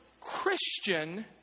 Christian